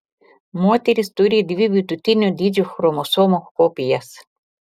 moterys turi dvi vidutinio dydžio chromosomų kopijas